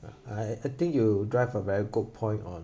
I I think you drive a very good point on